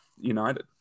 United